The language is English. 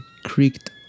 creaked